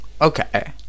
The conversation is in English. Okay